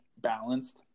balanced